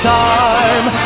time